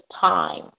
time